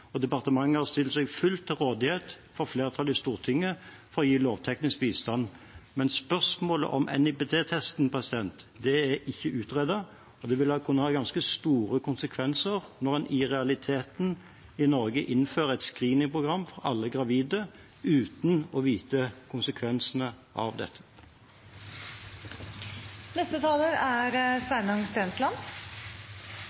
og departementet har stilt seg fullt til rådighet for flertallet i Stortinget for å gi lovteknisk bistand. Men spørsmålet om NIPT-testen er ikke utredet, og det vil kunne ha ganske store konsekvenser når en i realiteten i Norge innfører et screeningprogram for alle gravide, uten å vite konsekvensene av